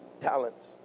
talents